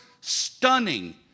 stunning